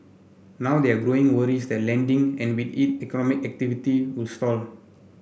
now there are growing worries that lending and with it economic activity will stall